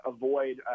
avoid